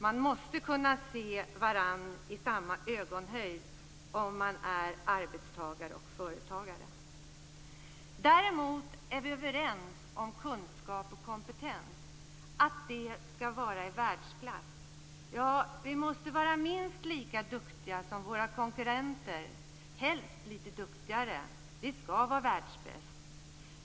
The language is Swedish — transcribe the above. Man måste kunna se varandra i samma ögonhöjd om man är arbetstagare och företagare. Däremot är vi överens om kunskap och kompetens - de skall vara i världsklass. Ja, vi måste vara minst lika duktiga som våra konkurrenter, och helst litet duktigare. Vi skall vara världsbäst!